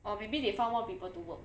or maybe they found more people to work